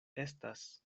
estas